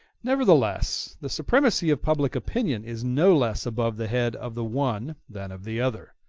nevertheless, the supremacy of public opinion is no less above the head of the one than of the other.